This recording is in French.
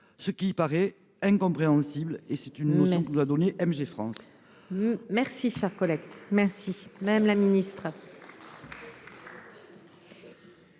ce qui paraît incompréhensible et c'est une notion doit donner MG France. Merci, cher collègue, merci, même la ministre.